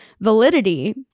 validity